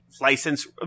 license –